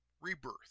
rebirth